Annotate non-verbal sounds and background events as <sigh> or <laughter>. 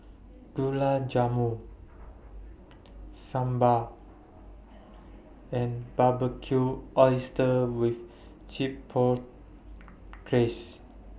Gulab Jamun Sambar and Barbecued Oysters with <unintelligible> Glaze